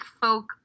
folk